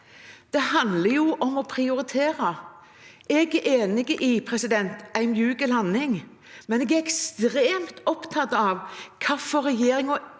Det handler om å prioritere. Jeg er enig i en myk landing, men jeg er ekstremt opptatt av hvorfor regjeringen